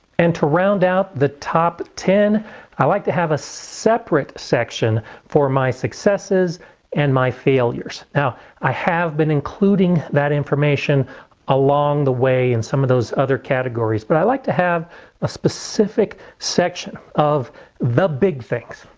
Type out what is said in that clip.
and to round out the top ten i like to have a separate section for my successes and my failures. now i have been including that information along the way in some of those other categories but i like to have a specific section of the big things.